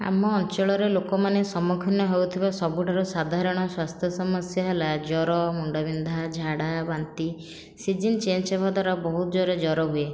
ଆମ ଅଞ୍ଚଳରେ ଲୋକମାନେ ସମ୍ମୁଖୀନ ହେଉଥିବା ସବୁଠାରୁ ସାଧାରଣ ସ୍ୱାସ୍ଥ୍ୟ ସମସ୍ୟା ହେଲା ଜ୍ୱର ମୁଣ୍ଡବିନ୍ଧା ଝାଡ଼ାବାନ୍ତି ସିଜନ୍ ଚେଞ୍ଜ ହେବା ଦ୍ଵାରା ବହୁତ ଜୋରରେ ଜ୍ୱର ହୁଏ